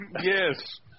Yes